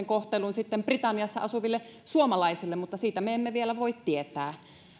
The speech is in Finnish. kohtelun sitten britanniassa asuville suomalaisille mutta siitä me emme vielä voi tietää